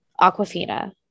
Aquafina